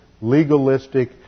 legalistic